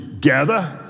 gather